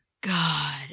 God